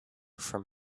from